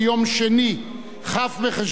כ' בחשוון תשע"ג,